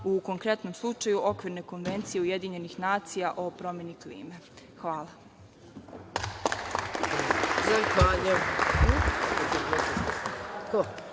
u konkretnom slučaju Okvirne konvencije Ujedinjenih nacija o promeni klime. Hvala.